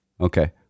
Okay